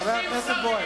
30 שרים, חבר הכנסת בוים.